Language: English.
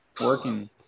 working